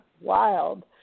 wild